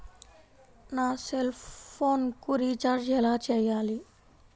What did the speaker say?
నా సెల్ఫోన్కు రీచార్జ్ ఎలా చేయాలి?